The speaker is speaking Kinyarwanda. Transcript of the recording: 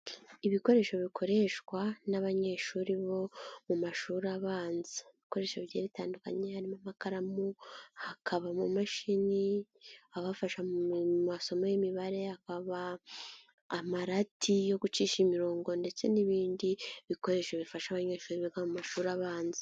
Ibikoresho bikoreshwa n'abanyeshuri bo mu mashuri abanza, ibikoresho bigiye bitandukanye harimo amakaramu, hakaba mu mashini abafasha mu masomo y'imibare, hakaba amarati yo gucisha imirongo ndetse n'ibindi bikoresho bifasha abanyeshuri biga mu mashuri abanza.